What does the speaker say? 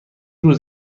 روز